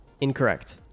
Incorrect